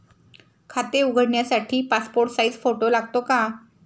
खाते उघडण्यासाठी passport size photo लागतो का?